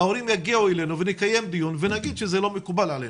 ההורים יגיעו אלינו ונקיים דיון ונגיד שזה לא מקובל עלינו.